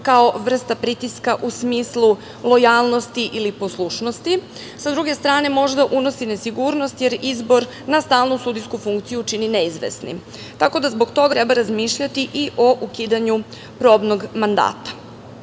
kao vrsta pritiska u smislu lojalnosti ili poslušnosti. S druge strane, možda unosi nesigurnost, jer izbor na stalnu sudijsku funkciju čini neizvesnim, tako da zbog toga treba razmišljati i o ukidanju probnog mandata.U